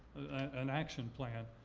an action plan.